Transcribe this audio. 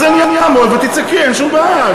אז אני אעמוד ותצעקי, אין שום בעיה.